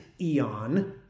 eon